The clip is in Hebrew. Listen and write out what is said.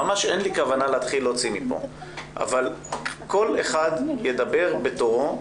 ממש אין לי כוונה להתחיל להוציא מכאן אבל כל אחד ידבר בתורו,